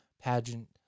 pageant